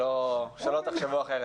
שלא תחשבו אחרת.